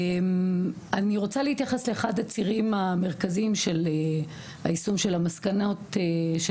אני רוצה להתייחס לאחד הצירים המרכזיים של היישום של המסקנות של